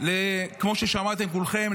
כמו ששמעתם כולכם,